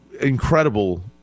Incredible